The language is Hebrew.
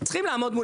הם צריכים להגיב.